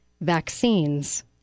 vaccines